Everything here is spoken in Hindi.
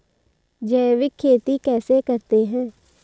जैविक खेती कैसे करते हैं?